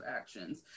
actions